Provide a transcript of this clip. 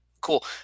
Cool